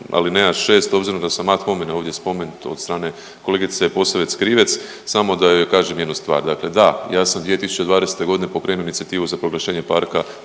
alineja 6, obzirom da sam ad hominem ovdje spomenut od strane kolegice Posavec Krivec, samo da joj kažem jednu stvar, dakle da, ja sam 2020. g. pokrenuo inicijative za proglašenje parka